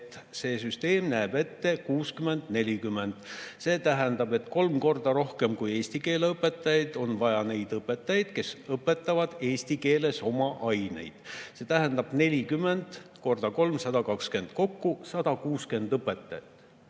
see süsteem näeb ette [suhet] 60 : 40. See tähendab, et kolm korda rohkem kui eesti keele õpetajaid on vaja neid õpetajaid, kes õpetavad eesti keeles oma aineid. See tähendab 40 x 320. Kokku on vaja 160 õpetajat.